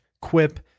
Quip